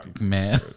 man